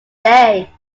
day